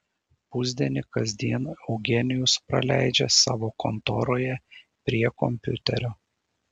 pusdienį kasdien eugenijus praleidžia savo kontoroje prie kompiuterio